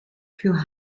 für